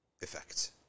effect